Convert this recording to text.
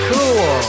Cool